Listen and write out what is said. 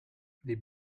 les